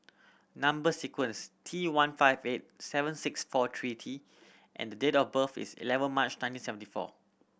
number sequence T one five eight seven six four three T and the date of birth is eleven March nineteen seventy four